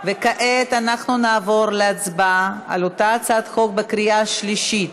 וכעת אנחנו נעבור להצבעה על אותה הצעת חוק בקריאה השלישית.